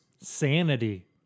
sanity